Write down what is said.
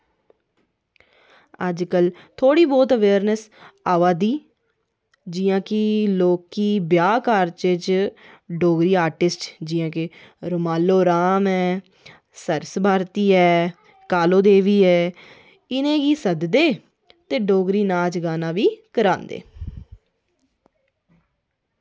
अज्जकल थोह्ड़ी बहत अवेयरनैस आवा दी जियां की लोक ब्याह् कारज़ बिच डोगरी आर्टिस्ट जियां की रोमालो राम ऐ सरस भारती ऐ कालो देवी ऐ इ'नेंगी सद्दे ते डोगरी नाच गाना बी करांदे